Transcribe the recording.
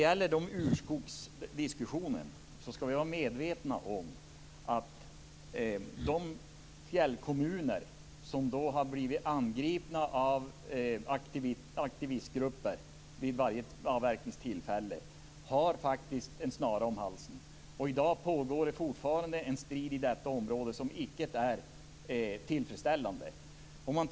I urskogsdiskussionen skall vi vara medvetna om att de fjällkommuner som har blivit angripna av aktivistgrupper vid varje avverkningstillfälle faktiskt har en snara om halsen. I dag pågår fortfarande en strid i detta område som icke är tillfredsställande.